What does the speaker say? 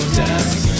death